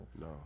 No